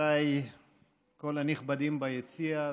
ודאי כל הנכבדים ביציע,